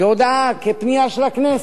כהודעה, כפנייה של הכנסת,